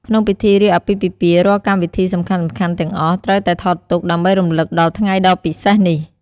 ក្នុងពិធីរៀបអាពាហ៍ពិពាហ៍ រាល់កម្មវិធីសំខាន់ៗទាំងអស់ត្រូវតែថតទុក ដើម្បីរំលឹកដល់ថ្ងៃដ៏ពិសេសនេះ។